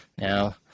Now